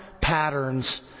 patterns